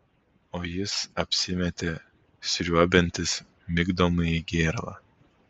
o jis apsimetė sriuobiantis migdomąjį gėralą